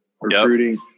recruiting